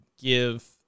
give